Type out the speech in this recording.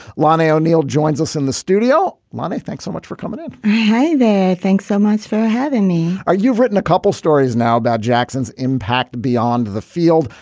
lonnae o'neal joins us in the studio. lonnie, thanks so much for coming in hey there. thanks so much for having me you've written a couple stories now about jackson's impact beyond the field.